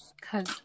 cause